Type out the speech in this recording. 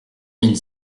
mille